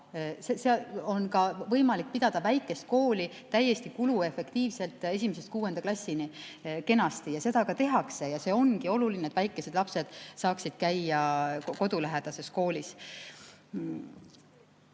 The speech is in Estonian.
odav. On võimalik pidada ka väikest kooli täiesti kuluefektiivselt esimesest kuuenda klassini kenasti ja seda ka tehakse ning see ongi oluline, et väikesed lapsed saaksid käia kodulähedases koolis.